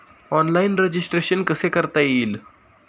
Online registration कसे करता येईल?